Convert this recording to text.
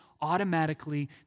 automatically